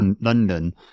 London